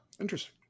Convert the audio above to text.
interesting